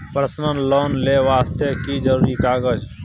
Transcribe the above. Personal loan ले वास्ते की जरुरी कागज?